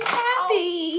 happy